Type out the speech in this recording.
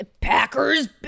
Packers